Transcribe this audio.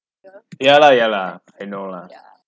ya lah ya lah I know lah